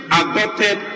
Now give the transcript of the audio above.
adopted